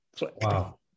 wow